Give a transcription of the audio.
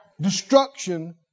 Destruction